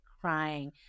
crying